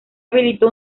habilitó